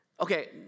okay